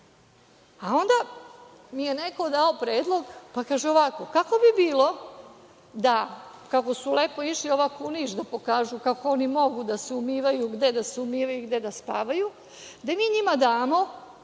onda mi je neko dao predlog, pa kaže ovako, kako bi bilo da, kako su lepo išli ovako u Niš, pokažu kako oni mogu da se umivaju, gde da se umivaju i gde da spavaju, da mi njima damo